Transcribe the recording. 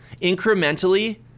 incrementally